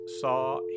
saw